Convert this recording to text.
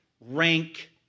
rank